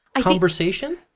conversation